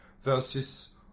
versus